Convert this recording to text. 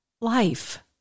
life